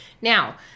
Now